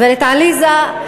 גברת עליזה,